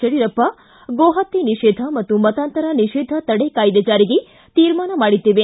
ಯಡಿಯೂರಪ್ಪ ಗೋ ಹತ್ಯೆ ನಿಷೇಧ ಮತ್ತು ಮತಾಂತರ ನಿಷೇಧ ತಡೆ ಕಾಯ್ದೆ ಜಾರಿಗೆ ತೀರ್ಮಾನ ಮಾಡಿದ್ದೇವೆ